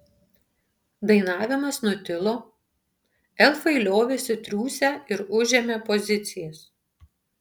dainavimas nutilo elfai liovėsi triūsę ir užėmė pozicijas